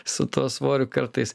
su tuo svoriu kartais